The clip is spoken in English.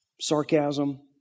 sarcasm